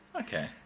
okay